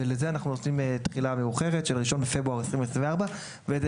ולזה אנחנו נותנים תחילה מאוחרת של 1 בפברואר 2024. וזה